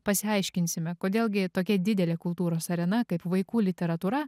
pasiaiškinsime kodėl gi tokia didelė kultūros arena kaip vaikų literatūra